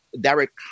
direct